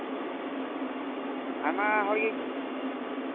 ᱟᱭᱢᱟ ᱦᱚᱲᱜᱮ